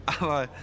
aber